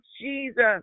Jesus